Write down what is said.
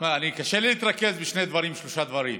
לי להתרכז בשני דברים, שלושה דברים.